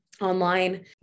online